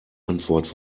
antwort